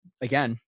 again